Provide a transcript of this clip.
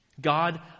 God